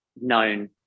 known